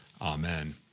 Amen